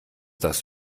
das